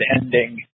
ending